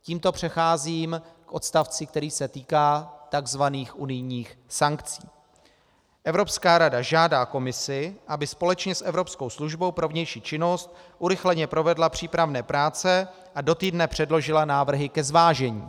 Tímto přecházím k odstavci, který se týká takzvaných unijních sankcí: Evropská rada žádá Komisi, aby společně s Evropskou službou pro vnější činnost urychleně provedla přípravné práce a do týdne předložila návrhy ke zvážení.